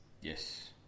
Yes